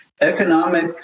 economic